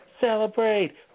celebrate